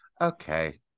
Okay